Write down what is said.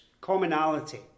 Commonality